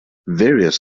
various